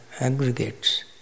aggregates